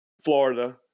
Florida